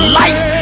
life